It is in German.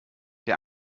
der